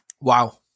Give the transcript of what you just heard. Wow